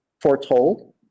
foretold